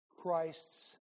Christ's